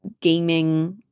gaming